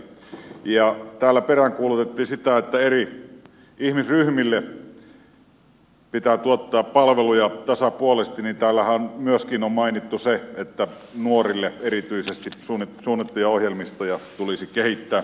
kun täällä peräänkuulutettiin sitä että eri ihmisryhmille pitää tuottaa palveluja tasapuolisesti niin täällähän on mainittu myöskin se että erityisesti nuorille suunnattuja ohjelmistoja tulisi kehittää